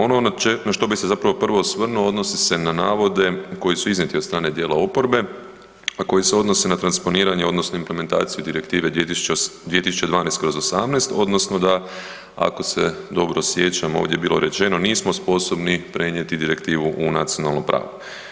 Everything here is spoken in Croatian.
Ono na što bi se zapravo prvo osvrnuo odnosi se na navode koji su iznijeti od strane dijela oporbe, a koji se odnose na transponiranje odnosno implementaciju Direktive 2012/18 odnosno da ako se dobro sjećam ovdje je bilo rečeno nismo sposobni prenijeti direktivu u nacionalno pravo.